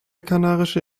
kanarische